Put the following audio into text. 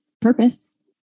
purpose